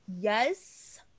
yes